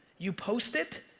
you post it,